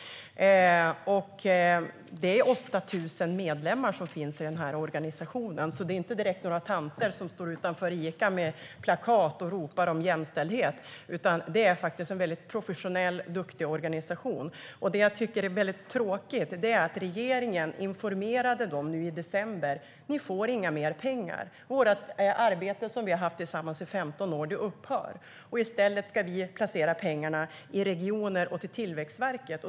Organisationen har 8 000 medlemmar, så det är inte direkt några tanter som står utanför Ica med plakat och ropar om jämställdhet. Det är faktiskt en väldigt professionell och duktig organisation. Det jag tycker är tråkigt är att regeringen i december informerade dem om att de inte skulle få mer pengar och att det samarbete som man haft i 15 år nu skulle upphöra. I stället vill regeringen fördela pengarna till regioner och Tillväxtverket.